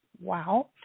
Wow